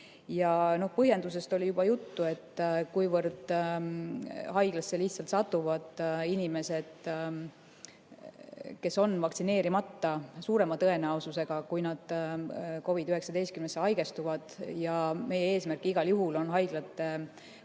Põhjendusest oli juba juttu, et kuivõrd haiglasse satuvad inimesed, kes on vaktsineerimata, suurema tõenäosusega, kui nad COVID‑19‑sse haigestuvad, ja meie eesmärk igal juhul on haiglate